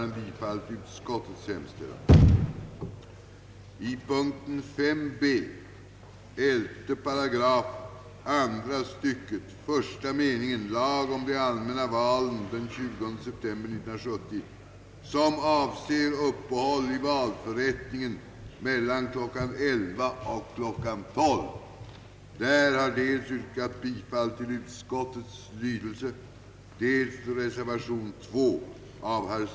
Till justitieministern vill jag säga, att de kommunala valen väl är de mest intressanta i dessa sammanhang, eftersom särlistorna är flest i dessa val.